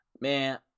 man